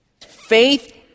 Faith